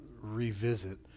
revisit